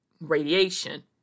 radiation